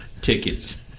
tickets